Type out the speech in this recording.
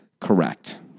Correct